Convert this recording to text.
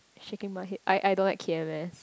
shaking my head I I don't like K_M_S